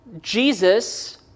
Jesus